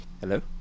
Hello